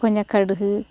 கொஞ்சோம் கடுகு